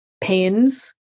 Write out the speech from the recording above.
pains